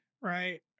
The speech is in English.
right